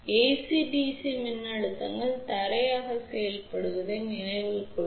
AC DC மின்னழுத்தங்கள் தரையாக செயல்படுவதை நினைவில் கொள்க